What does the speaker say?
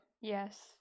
yes